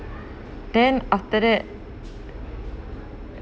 then after that